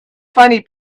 funny